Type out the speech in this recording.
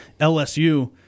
LSU –